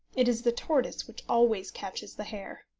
it is the tortoise which always catches the hare.